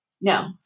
No